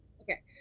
Okay